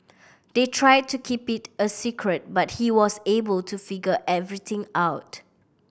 they tried to keep it a secret but he was able to figure everything out